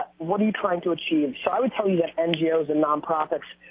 what are you trying to achieve? so i would tell you that ngos and nonprofits,